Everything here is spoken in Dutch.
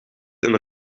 een